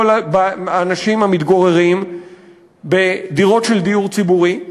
האנשים המתגוררים בדירות של דיור ציבורי.